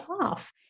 off